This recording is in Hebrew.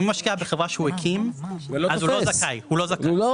אם הוא משקיע בחברה שהוא הקים אז הוא לא זכאי הוא לא זכאי,